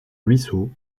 ruisseaux